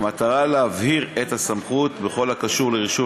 במטרה להבהיר את הסמכות בכל הקשור לרישוי